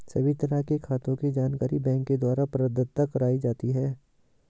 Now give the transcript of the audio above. सभी तरह के खातों के जानकारी बैंक के द्वारा प्रदत्त कराई जाती है